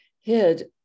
hid